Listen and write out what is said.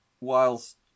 whilst